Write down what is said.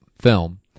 film